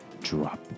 Drop